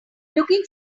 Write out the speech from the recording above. looking